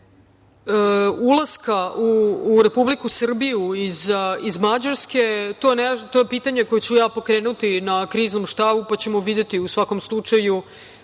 ulaska u Republiku Srbiju iz Mađarske to je pitanje koje ću ja pokrenuti na Kriznom štabu, pa ćemo videti u svakom slučaju,